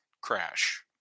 crash